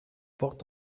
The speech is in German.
port